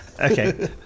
Okay